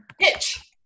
pitch